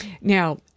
Now